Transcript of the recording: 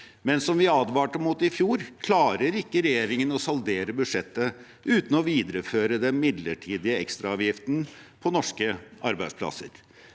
men som vi advarte mot i fjor, klarer ikke regjeringen å saldere budsjettet uten å videreføre den midlertidige ekstraavgiften på norske arbeidsplasser.